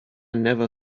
never